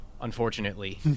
Unfortunately